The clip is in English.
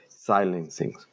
silencing